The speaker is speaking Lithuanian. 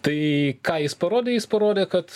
tai ką jis parodė jis parodė kad